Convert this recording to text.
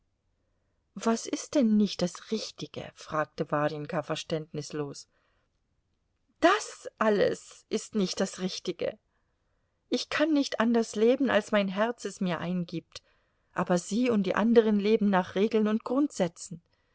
was ist denn nicht das richtige fragte warjenka verständnislos das alles ist nicht das richtige ich kann nicht anders leben als mein herz es mir eingibt aber sie und die andern leben nach regeln und grundsätzen